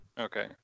Okay